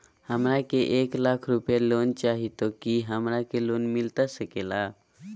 हमरा के एक लाख रुपए लोन चाही तो की हमरा के लोन मिलता सकेला?